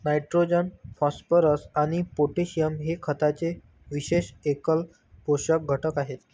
nitrogen, phosphorus आणि potassium हे खताचे विशेष एकल पोषक घटक आहेत